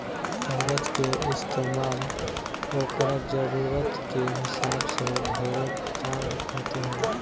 कागज के इस्तमाल ओकरा जरूरत के हिसाब से ढेरे काम खातिर होला